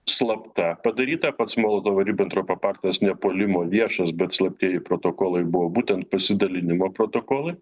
slapta padaryta pats molotovo ribentropo paktas nepuolimo viešas bet slaptieji protokolai buvo būtent pasidalinimo protokolai